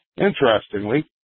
Interestingly